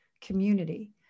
community